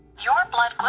your blood